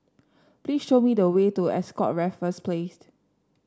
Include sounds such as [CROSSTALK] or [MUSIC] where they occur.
please show me the way to Ascott Raffles Place [UNINTELLIGIBLE]